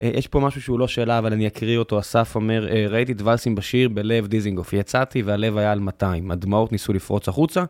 יש פה משהו שהוא לא שאלה אבל אני אקריא אותו, אסף אומר, ראיתי את ואלס עם באשיר בלב דזינגוף, יצאתי והלב היה על 200, הדמעות ניסו לפרוץ החוצה.